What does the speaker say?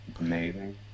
amazing